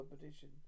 competition